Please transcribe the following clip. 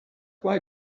why